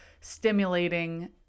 stimulating